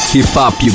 Hip-Hop